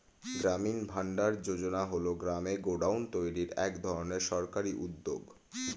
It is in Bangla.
গ্রামীণ ভান্ডার যোজনা হল গ্রামে গোডাউন তৈরির এক ধরনের সরকারি উদ্যোগ